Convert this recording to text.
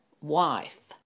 wife